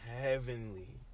heavenly